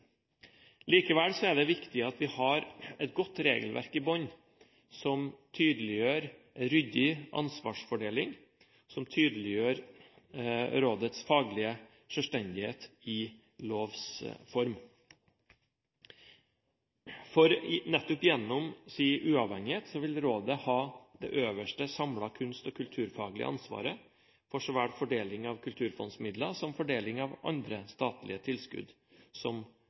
Likevel er det viktig at vi har et godt regelverk i bunnen, som tydeliggjør ryddig ansvarsfordeling, og som tydeliggjør rådets faglige selvstendighet i lovs form. For nettopp gjennom sin uavhengighet vil rådet ha det øverste samlede kunst- og kulturfaglige ansvaret for så vel fordeling av kulturfondsmidler, som fordeling av andre statlige tilskudd som